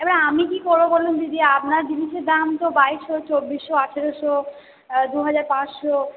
এবার আমি কী করবো বলুন দিদি আপনার জিনিসের দাম তো বাইশশো চব্বিশশো আঠেরোশো দু হাজার পাঁচশো